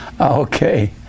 Okay